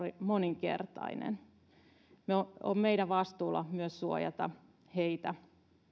moninkertainen on meidän vastuullamme myös suojata heitä